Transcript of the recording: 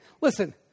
listen